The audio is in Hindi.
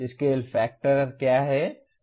स्केल फैक्टर क्या है